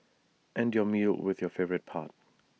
end your meal with your favourite part